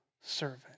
servant